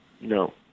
No